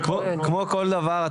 כמו כל דבר,